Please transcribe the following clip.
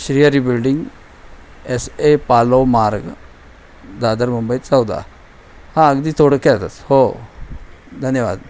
Shrihari building S A Palav Marg Dadar Mumbai चौदा हां अगदी थोडक्यातच हो धन्यवाद